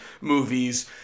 movies